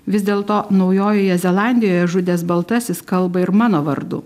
vis dėlto naujojoje zelandijoje žudęs baltasis kalba ir mano vardu